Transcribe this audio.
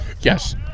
Yes